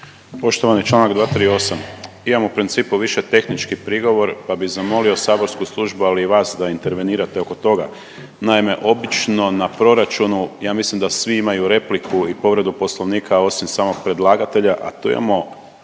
Poštovani, Članak 238., imam u principu više tehnički prigovor pa bi zamolio saborsku službu ali i vas da intervenirate oko toga. Naime, obično na proračunu ja mislim da svi imaju repliku i povredu Poslovnika osim samog predlagatelja, a tu imamo